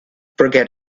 forget